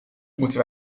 moeten